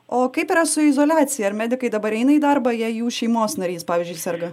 o kaip yra su izoliacija ar medikai dabar eina į darbą jei jų šeimos narys pavyzdžiui serga